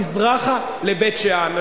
מזרחה לבית-שאן.